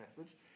message